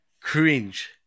Cringe